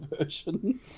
version